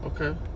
Okay